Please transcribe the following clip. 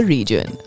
Region।